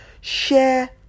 share